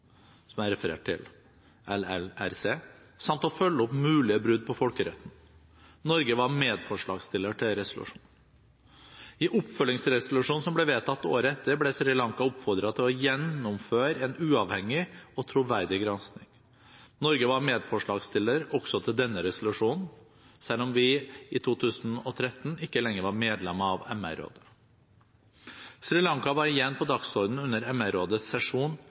som jeg refererte til – og å følge opp mulige brudd på folkeretten. Norge var medforslagsstiller til resolusjonen. I oppfølgingsresolusjonen, som ble vedtatt året etter, ble Sri Lanka oppfordret til å gjennomføre en uavhengig og troverdig gransking. Norge var medforslagsstiller også til denne resolusjonen, selv om vi i 2013 ikke lenger var medlem av MR-rådet. Sri Lanka var igjen på dagsordenen under MR-rådets sesjon